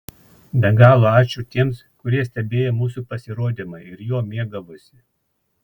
be galo ačiū tiems kurie stebėjo mūsų pasirodymą ir juo mėgavosi